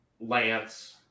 Lance